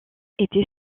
était